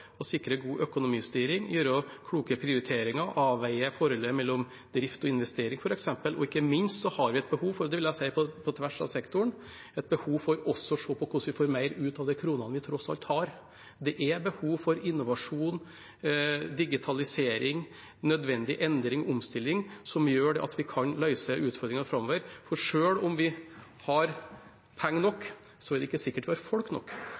å sikre god økonomistyring, gjøre kloke prioriteringer og avveie forholdet mellom drift og investering, f.eks. Ikke minst har vi et behov for, og det vil jeg si på tvers av sektoren, også å se på hvordan vi får mer ut av de kronene vi tross alt har. Det er behov for innovasjon, digitalisering og nødvendig endring og omstilling som gjør at vi kan løse utfordringer framover. Selv om vi har penger nok, er det ikke sikkert vi har folk nok.